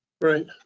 right